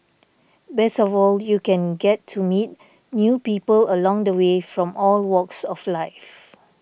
best of all you can get to meet new people along the way from all walks of life